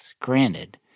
Granted